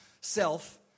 self